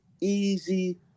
easy